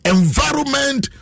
Environment